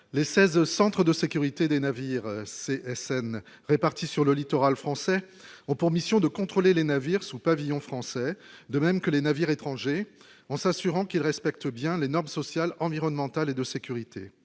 les 16 au centre de sécurité des navires CSN répartis sur le littoral français ont pour mission de contrôler les navires sous pavillon français, de même que les navires étrangers en s'assurant qu'ils respectent bien les normes sociales, environnementales et de sécurité,